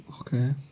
okay